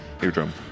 Eardrum